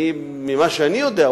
ממה שאני יודע,